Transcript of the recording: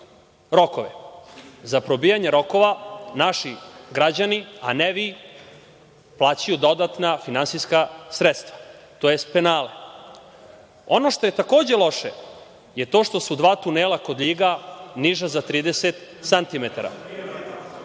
rokove. Za probijanje rokova naši građani, a ne vi, plaćaju dodatna finansijska sredstva tj. penale. Ono što je takođe loše je to što su dva tunela kod Ljiga niža za 30